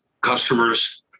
Customers